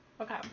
Okay